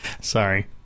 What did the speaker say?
Sorry